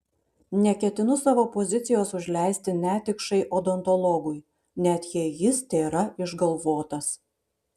neketinu savo pozicijos užleisti netikšai odontologui net jei jis tėra išgalvotas